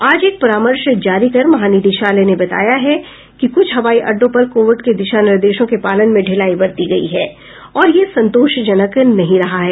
आज एक परामर्श जारी कर महानिदेशालय ने बताया है कि क्छ हवाई अड्डों पर कोविड के दिशा निर्देशों के पालन में ढिलाई बरती गई है और यह संतोषजनक नहीं रहा है